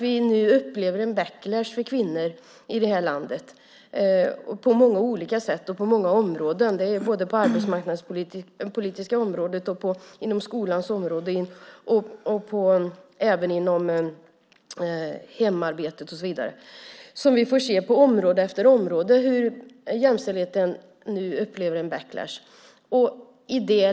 Vi upplever nu en backlash för kvinnor i landet på många olika sätt och på många områden, både på det arbetsmarknadspolitiska området, inom skolans område och även inom hemarbete. Vi får se på område efter område hur jämställdheten upplever en backlash.